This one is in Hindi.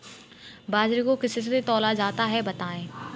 बाजरे को किससे तौला जाता है बताएँ?